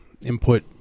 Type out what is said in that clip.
input